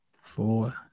Four